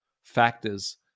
factors